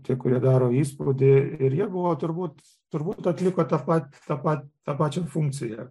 tie kurie daro įspūdį ir jie buvo turbūt turbūt atliko ta pat ta pat tą pačią funkciją